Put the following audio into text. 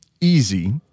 easy